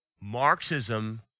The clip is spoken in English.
Marxism